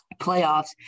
playoffs